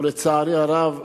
ולצערי הרב,